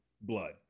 blood